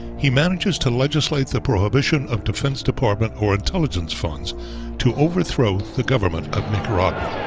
he manages to legislate the prohibition of defense department or intelligence funds to overthrow the government of nicaragua.